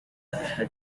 أحد